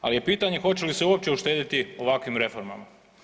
Ali je pitanje hoće li se uopće uštedjeti ovakvim reformama.